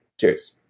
Cheers